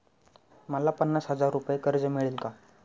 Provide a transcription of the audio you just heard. मला पन्नास हजार रुपये कर्ज मिळेल का?